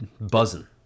buzzing